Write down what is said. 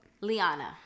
Liana